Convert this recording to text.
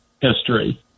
history